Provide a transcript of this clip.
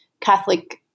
Catholic